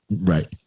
Right